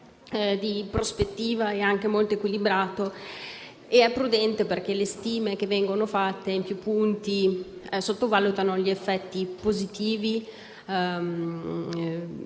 di prospettiva (anche molto equilibrato) e prudenza, perché le stime fatte in più punti sottovalutano gli effetti positivi